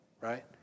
right